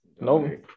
No